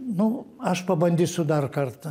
nu aš pabandysiu dar kartą